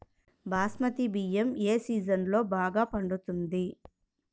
బాస్మతి బియ్యం ఏ సీజన్లో బాగా పండుతుంది?